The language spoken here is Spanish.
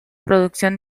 producción